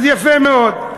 אז יפה מאוד.